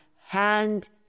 hand